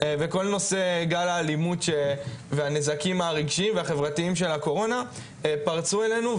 וכל נושא גל האלימות והנזקים הרגשיים והחברתיים של הקורונה פרצו אלינו,